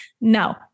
no